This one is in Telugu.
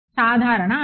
సాధారణ అంచు